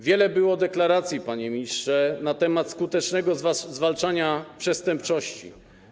Wiele było deklaracji, panie ministrze, na temat skutecznego zwalczania przestępczości.